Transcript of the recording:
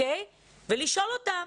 ולשאול אותם: